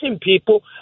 people